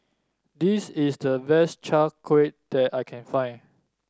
this is the best Chai Kuih that I can find